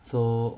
so